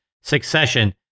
Succession